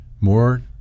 more